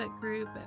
group